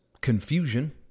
confusion